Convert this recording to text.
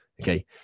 Okay